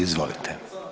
Izvolite.